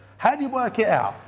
how do you work it out?